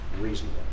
reasonable